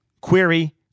query